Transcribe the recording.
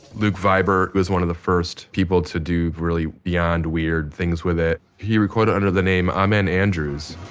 luke vibert was one of the first people to do really beyond weird things with it. he recorded under the name amen andrews